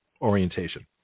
orientation